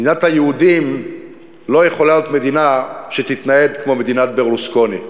מדינת היהודים לא יכולה להיות מדינה שתתנהל כמו מדינת ברלוסקוני.